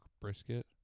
brisket